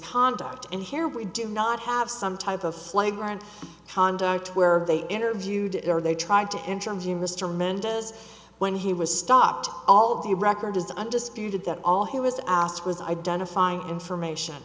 conduct and here we do not have some type of flagrant conduct where they interviewed him or they tried to interview mr mendez when he was stopped all of the record is undisputed that all he was asked was identifying information